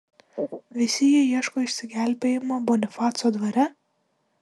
visi jie ieško išsigelbėjimo bonifaco dvare